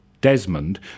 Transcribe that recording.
Desmond